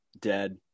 dead